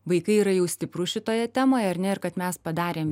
vaikai yra jau stiprus šitoje temoje ar ne ir kad mes padarėm